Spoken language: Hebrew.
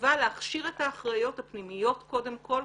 החובה להכשיר את האחריות הפנימיות קודם כל,